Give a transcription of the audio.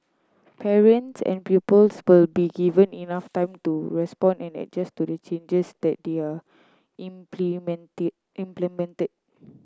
parents and pupils will be given enough time to respond and adjust to the changes that they are implemented